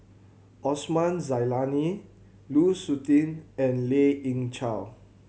Osman Zailani Lu Suitin and Lien Ying Chow